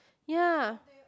ya